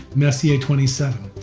messier twenty seven.